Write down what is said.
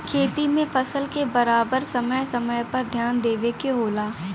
खेती में फसल क बराबर समय समय पर ध्यान देवे के होला